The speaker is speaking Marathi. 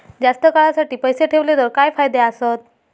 जास्त काळासाठी पैसे ठेवले तर काय फायदे आसत?